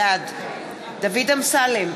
בעד דוד אמסלם,